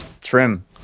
Trim